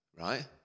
Right